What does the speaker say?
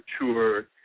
tour